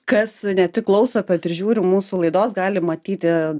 kas ne tik klauso bet ir žiūri mūsų laidos gali matyti